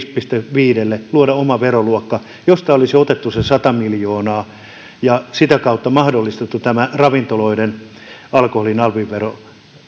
viidelle pilkku viidelle luoda oma veroluokka josta olisi otettu se sata miljoonaa ja sitä kautta mahdollistettu tämä ravintoloiden alkoholin alviveron